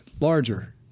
larger